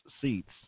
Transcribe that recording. seats